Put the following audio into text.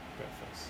breakfast